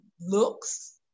looks